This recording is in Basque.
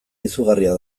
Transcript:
izugarria